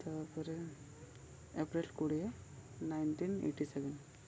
ତା'ପରେ ଏପ୍ରିଲ କୋଡ଼ିଏ nineteen eighty seven